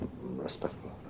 respectful